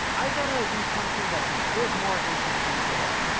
i thought i would do something that's a bit more interesting today.